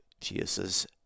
Jesus